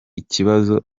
ikibazo